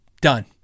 done